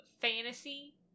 fantasy